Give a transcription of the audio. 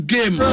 Game